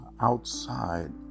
outside